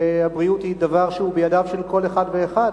שהבריאות היא דבר שהוא בידיו של כל אחד ואחד,